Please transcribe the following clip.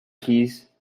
keys